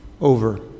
over